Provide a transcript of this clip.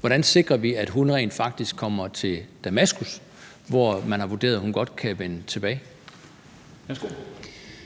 hvordan sikrer vi så, at hun rent faktisk kommer til Damaskus, hvor man har vurderet at hun godt kan vende tilbage